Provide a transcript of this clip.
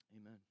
Amen